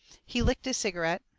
he licked his cigarette,